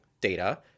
data